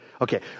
Okay